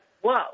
whoa